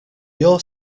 you’re